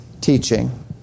teaching